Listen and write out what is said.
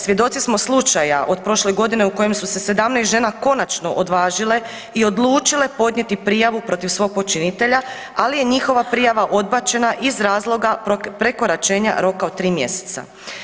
Svjedoci su slučaja od prošle godine u kojem su se 17 žena konačno odvažile i odlučile podnijeti prijavu protiv svog počinitelja ali je njihova prijava odbačena iz razloga prekoračenja roka od 3 mjeseca.